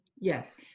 Yes